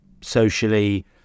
socially